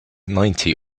ninety